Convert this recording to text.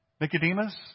Nicodemus